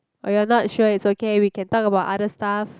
oh you're not sure it's okay we can talk about other stuff